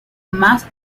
más